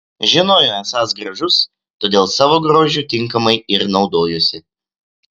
žinojo esąs gražus todėl savo grožiu tinkamai ir naudojosi